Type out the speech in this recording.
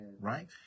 right